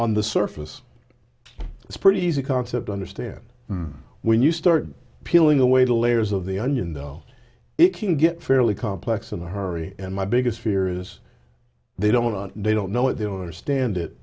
on the surface it's pretty easy concept understand when you start peeling away the layers of the onion though it can get fairly complex in a hurry and my biggest fear is they don't they don't know what they don't understand it